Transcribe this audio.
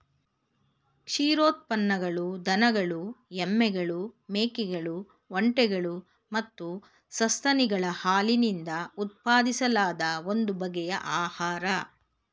ಕ್ಷೀರೋತ್ಪನ್ನಗಳು ದನಗಳು ಎಮ್ಮೆಗಳು ಮೇಕೆಗಳು ಒಂಟೆಗಳು ಮತ್ತು ಸಸ್ತನಿಗಳ ಹಾಲಿನಿಂದ ಉತ್ಪಾದಿಸಲಾದ ಒಂದು ಬಗೆಯ ಆಹಾರ